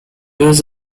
was